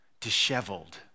disheveled